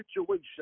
situation